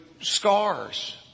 scars